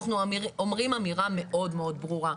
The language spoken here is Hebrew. אנחנו אומרים אמירה מאוד ברורה,